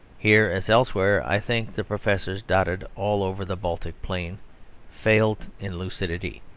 here, as elsewhere, i think the professors dotted all over the baltic plain fail in lucidity,